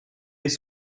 est